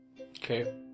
Okay